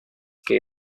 que